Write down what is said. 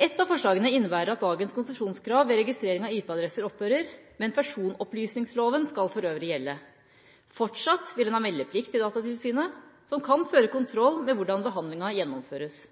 Et av forslagene innebærer at dagens konsesjonskrav ved registrering av IP-adresser opphører, men personopplysningsloven skal for øvrig gjelde. Fortsatt vil en ha meldeplikt overfor Datatilsynet, som kan føre kontroll med hvordan behandlinga gjennomføres.